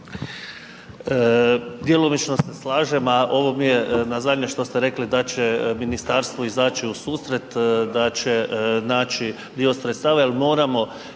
Djelomično se slažem, a ovo mi je na zadnje što ste rekli da će ministarstvo izaći u susret, da će naći dio sredstava jer moramo